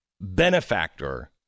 benefactor